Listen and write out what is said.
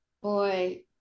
Boy